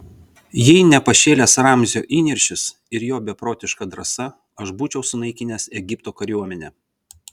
jei ne pašėlęs ramzio įniršis ir jo beprotiška drąsa aš būčiau sunaikinęs egipto kariuomenę